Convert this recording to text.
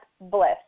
bliss